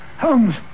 Holmes